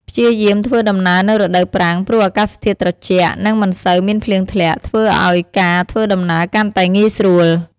ព្យាយាមធ្វើដំណើរនៅរដូវប្រាំង ព្រោះអាកាសធាតុត្រជាក់ និងមិនសូវមានភ្លៀងធ្លាក់ ធ្វើឲ្យការធ្វើដំណើរកាន់តែងាយស្រួល។